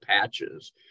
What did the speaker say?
patches